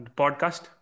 podcast